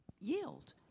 yield